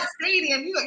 stadium